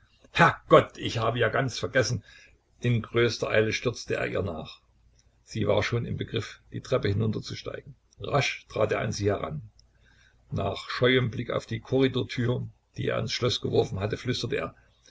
herrgott ich habe ja ganz vergessen in größter eile stürzte er ihr nach sie war schon im begriff die treppe hinnunterzusteigen rasch trat er an sie heran nach scheuem blick auf die korridortür die er ins schloß geworfen hatte flüsterte er